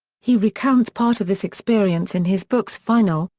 he recounts part of this experience in his book's final,